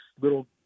little